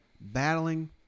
battling